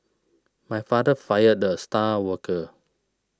my father fired the star worker